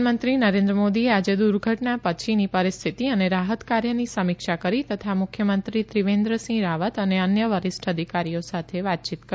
પ્રધાનમંત્રી નરેન્દ્ર મોદીએ આજે દુર્ઘટના પછીની પરિસ્થિતી અને રાહત કાર્યની સમીક્ષા કરી તથા મુખ્યમંત્રી ત્રિવેન્દ્ર સિંહ રાવત અને અન્ય વરિષ્ઠ અધિકારીઓ સાથે વાતચીત કરી